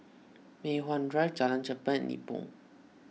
Mei Hwan Drive Jalan Cherpen and Nibong